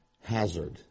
hazard